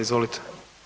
Izvolite.